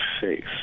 Faith